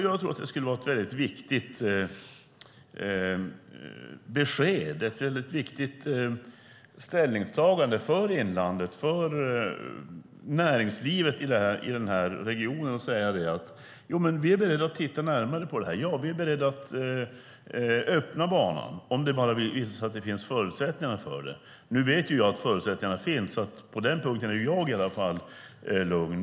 Jag tror att det skulle vara ett väldigt viktigt besked, ett väldigt viktigt ställningstagande för inlandet och för näringslivet i den här regionen att säga: Vi är beredda att titta närmare på det här. Vi är beredda att öppna banan om det bara visar sig att det finns förutsättningar för det. Nu vet ju jag att förutsättningarna finns så på den punkten är jag i alla fall lugn.